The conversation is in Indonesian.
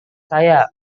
saya